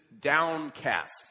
downcast